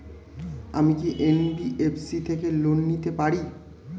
আমি কি এন.বি.এফ.সি থেকে লোন নিতে পারি?